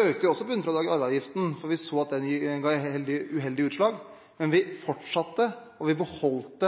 økte også bunnfradraget i arveavgiften, for vi så at det ga uheldige utslag, men vi fortsatte, og vi beholdt